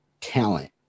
talent